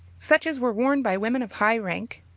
such as were worn by women of high rank.